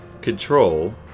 control